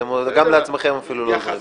אתם גם לעצמכם אפילו לא עוזרים.